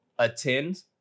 Attend